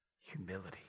humility